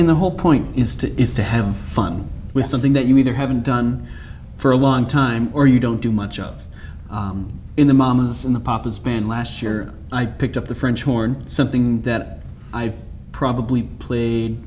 in the whole point is to is to have fun with something that you either haven't done for a long time or you don't do much of in the mamas and the papas band last year i picked up the french horn something that i've probably pl